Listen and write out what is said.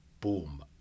boom